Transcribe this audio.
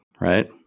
right